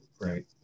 right